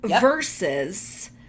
versus